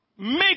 Make